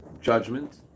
judgment